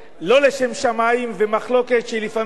לא לשם שמים, ומחלוקת שלפעמים,